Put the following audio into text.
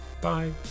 Bye